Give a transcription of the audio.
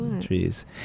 Trees